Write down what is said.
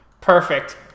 Perfect